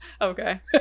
Okay